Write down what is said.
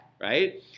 right